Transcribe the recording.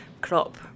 crop